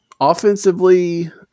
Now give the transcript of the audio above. Offensively